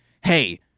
hey